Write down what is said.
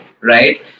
Right